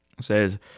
says